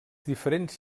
diferents